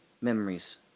memories